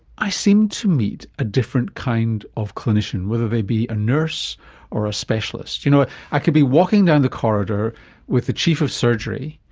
i seem to meet a different kind of clinician, whether they be a nurse or a specialist. you know ah i i could be walking down the corridor with the chief of surgery,